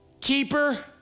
keeper